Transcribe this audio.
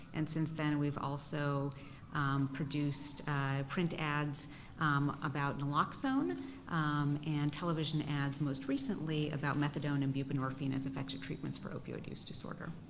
and since then we've also produced print ads about naloxone and television ads most recently about methadone and buprenorphine as effective for opioid use disorder.